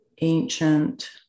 ancient